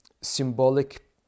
symbolic